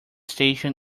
station